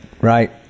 right